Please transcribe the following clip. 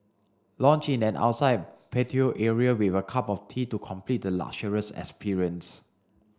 lounge in an outside patio area with a cup of tea to complete the luxurious experience